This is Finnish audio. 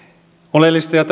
oleellista ja